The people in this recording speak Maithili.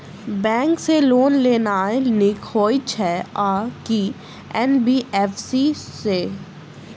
बैंक सँ लोन लेनाय नीक होइ छै आ की एन.बी.एफ.सी सँ?